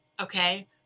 okay